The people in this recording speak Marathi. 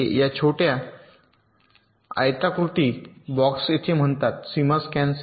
या छोट्या आयताकृती बॉक्स येथे म्हणतात सीमा स्कॅन सेल